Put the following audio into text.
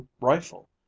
rifle